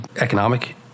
economic